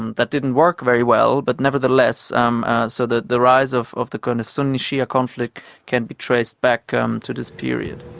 and that didn't work very well, but nevertheless um so the the rise of of the kind of sunni shia conflict can be traced back um to this period.